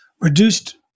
reduced